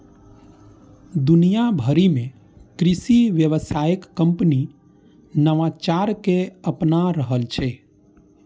दुनिया भरि मे कृषि व्यवसाय कंपनी नवाचार कें अपना रहल छै